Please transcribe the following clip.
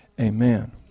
Amen